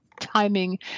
timing